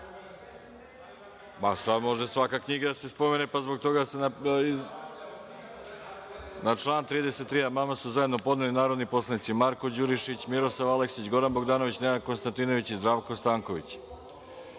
Sada može svaka knjiga da se spomene pa zbog toga da se…Na član 33. amandman su zajedno podneli narodni poslanici Marko Đurišić, Miroslav Aleksić, Goran Bogdanović, Nenad Konstantinović, Zdravko Stanković. Po